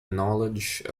knowledge